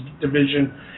Division